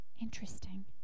Interesting